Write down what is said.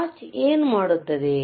watch ಏನು ಮಾಡುತ್ತದೆ